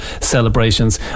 celebrations